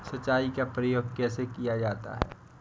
सिंचाई का प्रयोग कैसे किया जाता है?